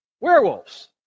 werewolves